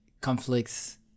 conflicts